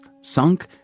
sunk